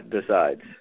decides